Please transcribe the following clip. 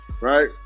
right